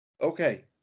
okay